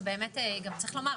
שצריך לומר,